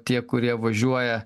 tie kurie važiuoja